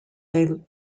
they